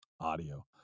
audio